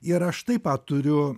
ir aš taip pat turiu